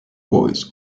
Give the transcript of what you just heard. boys